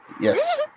Yes